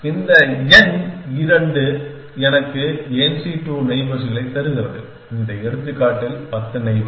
இந்த n இரண்டு எனக்கு nc2 நெய்பர்ஸ் களை தருகிறது இந்த எடுத்துக்காட்டில் பத்து நெய்பர்ஸ்